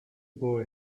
boy